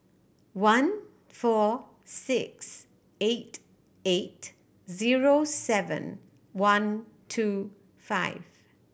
one four six eight eight zero seven one two five